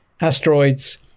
asteroids